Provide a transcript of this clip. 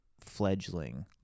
fledgling